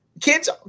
kids